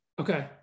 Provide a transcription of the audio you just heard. Okay